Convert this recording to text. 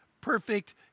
perfect